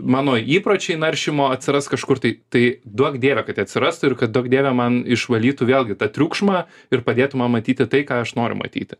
mano įpročiai naršymo atsiras kažkur tai tai duok dieve kad jie atsirastų ir kad duok dieve man išvalytų vėlgi tą triukšmą ir padėtų man matyti tai ką aš noriu matyti